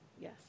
Yes